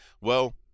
Well-